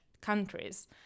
countries